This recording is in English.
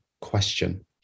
question